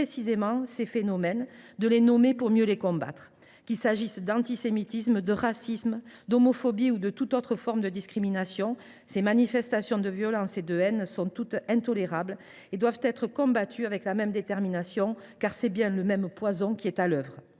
précisément ces phénomènes et de les nommer pour mieux les combattre. Qu’il s’agisse d’antisémitisme, de racisme, d’homophobie ou de toute autre forme de discrimination, ces manifestations de violence et de haine sont intolérables. Elles doivent être combattues avec la même détermination, car c’est bien le même poison qui est à l’œuvre.